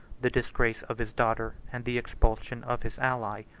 the disgrace of his daughter and the expulsion of his ally.